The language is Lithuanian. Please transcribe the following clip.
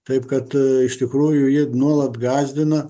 taip kad iš tikrųjų jie nuolat gąsdina